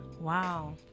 wow